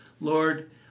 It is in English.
Lord